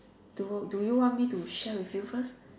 do do you want me to share with you first